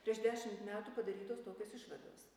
prieš dešimt metų padarytos tokios išvados